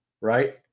right